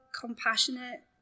compassionate